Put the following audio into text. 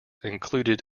included